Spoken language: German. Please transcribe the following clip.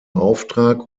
auftrag